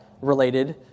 related